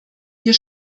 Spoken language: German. wir